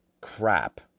crap